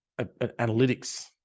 analytics